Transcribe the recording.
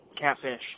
catfish